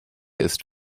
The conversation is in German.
ist